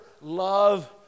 love